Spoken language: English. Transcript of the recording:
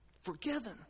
Forgiven